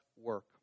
work